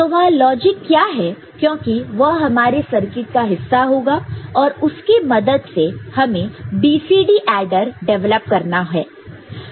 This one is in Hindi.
तो वह लॉजिक क्या है क्योंकि वह हमारी सर्किट का हिस्सा होगा और उसकी मदद से हमें BCD एडर डिवेलप करना है